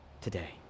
today